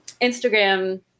Instagram